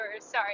sorry